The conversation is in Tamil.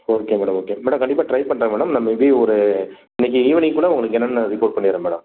ஓகே மேடம் ஓகே மேடம் கண்டிப்பாக ட்ரை பண்ணுறேன் மேடம் நான் மே பி ஒரு இன்னைக்கு ஈவினிங் கூட உங்களுக்கு என்னென்னு ரிப்போர்ட் பண்ணிடுறேன் மேடம்